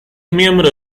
miembro